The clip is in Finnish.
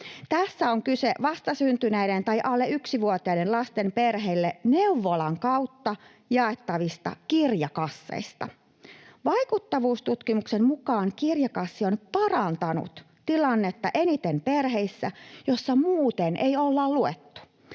Tässä on kyse vastasyntyneiden tai alle yksivuotiaiden lasten perheille neuvolan kautta jaettavista kirjakasseista. Vaikuttavuustutkimuksen mukaan kirjakassi on parantanut tilannetta eniten perheissä, joissa muuten ei olla luettu.